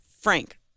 Frank